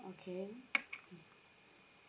okay